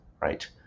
right